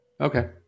Okay